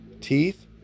teeth